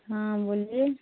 हाँ बोलिए